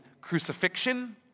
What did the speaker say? crucifixion